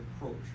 approach